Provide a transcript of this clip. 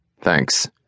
Thanks